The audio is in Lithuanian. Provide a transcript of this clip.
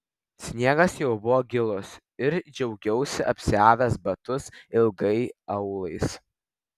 sniegas jau buvo gilus ir džiaugiausi apsiavęs batus ilgai aulais